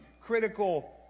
critical